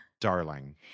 Darling